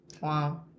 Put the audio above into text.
Wow